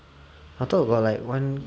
I thought got like one